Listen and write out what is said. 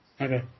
Okay